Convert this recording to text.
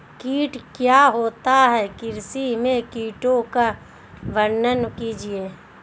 कीट क्या होता है कृषि में कीटों का वर्णन कीजिए?